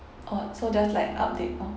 orh so just like update oh